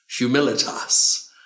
Humilitas